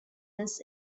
this